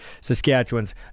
Saskatchewan's